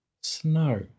snow